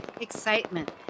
excitement